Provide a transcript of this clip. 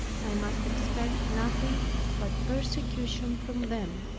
i must expect nothing but persecution from them.